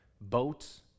boats